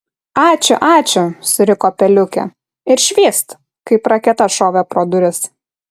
ačiū ačiū suriko peliukė ir švyst kaip raketa šovė pro duris